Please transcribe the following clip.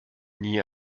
nie